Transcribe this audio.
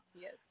Yes